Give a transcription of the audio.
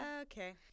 Okay